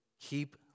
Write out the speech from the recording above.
Keep